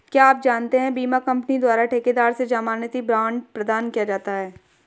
क्या आप जानते है बीमा कंपनी द्वारा ठेकेदार से ज़मानती बॉण्ड प्रदान किया जाता है?